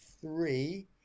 three